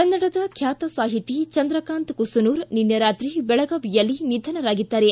ಕನ್ನಡದ ಖ್ಯಾತ ಸಾಹಿತಿ ಚಂದ್ರಕಾಂತ ಕುಸನೂರ ನಿನ್ನೆ ರಾತ್ರಿ ಬೆಳಗಾವಿಯಲ್ಲಿ ನಿಧನರಾಗಿದ್ದಾರೆ